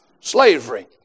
slavery